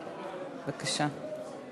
בבקשה.